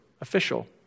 official